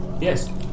Yes